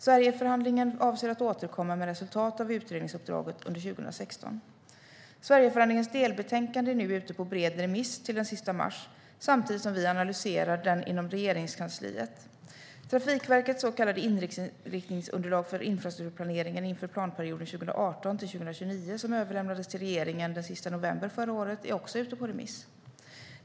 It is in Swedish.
Sverigeförhandlingen avser att återkomma med resultat av utredningsuppdragen under 2016. Sverigeförhandlingens delbetänkande är nu ute på bred remiss till den sista mars, samtidigt som vi analyserar det inom Regeringskansliet. Trafikverkets så kallade inriktningsunderlag för infrastrukturplaneringen inför planperioden 2018-2029, som överlämnades till regeringen den 30 november förra året, är också ute på remiss.